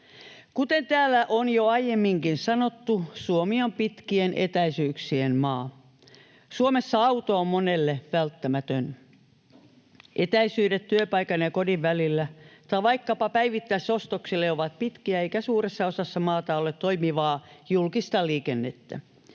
Kuten täällä on jo aiemminkin sanottu, Suomi on pitkien etäisyyksien maa. Suomessa auto on monelle välttämätön. Etäisyydet työpaikan ja kodin välillä tai vaikkapa päivittäisostoksille ovat pitkiä, eikä suuressa osassa maata ole toimivaa julkista liikennettä.